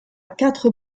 quatre